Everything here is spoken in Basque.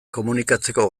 komunikatzeko